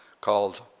called